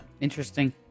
Interesting